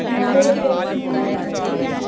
नैवेद्य दैत छियनि